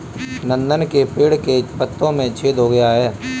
नंदन के पेड़ के पत्तों में छेद हो गया है